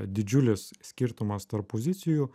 didžiulis skirtumas tarp pozicijų